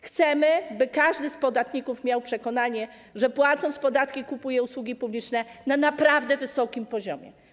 Chcemy, by każdy z podatników miał przekonanie, że płacąc podatki, kupuje usługi publiczne na naprawdę wysokim poziomie.